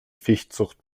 fischzucht